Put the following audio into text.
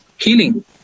healing